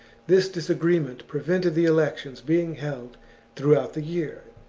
this disagreement pre vented the elections being held throughout the year,